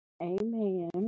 amen